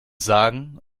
sagen